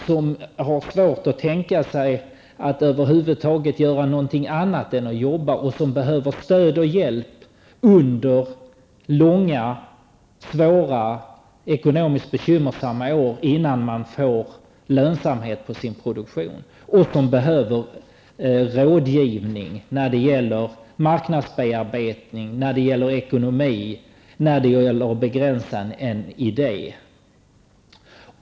De har svårt att tänka sig att över huvud taget göra någonting annat än att arbeta, och de behöver stöd och hjälp under långa, svåra, ekonomiskt bekymmersamma år innan de får lönsamhet på sin produktion. De behöver rådgivning när det gäller marknadsbearbetning och ekonomi och vad gäller att begränsa en idé.